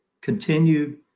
continued